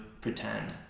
pretend